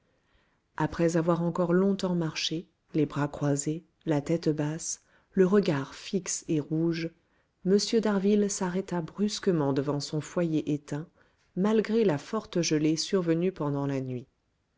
après avoir encore longtemps marché les bras croisés la tête basse le regard fixe et rouge m d'harville s'arrêta brusquement devant son foyer éteint malgré la forte gelée survenue pendant la nuit